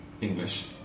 English